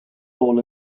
fall